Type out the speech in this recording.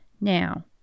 Now